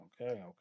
Okay